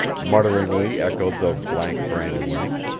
mutteringly echoed the blankbrained link.